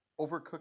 Overcooked